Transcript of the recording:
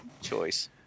choice